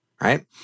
right